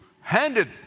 handed